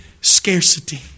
scarcity